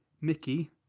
Mickey